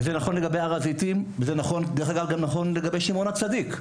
זה נכון לגבי הר הזיתים וזה נכון גם לגבי שמעון הצדיק.